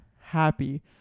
happy